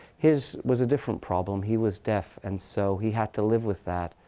his was a different problem. he was deaf. and so he had to live with that.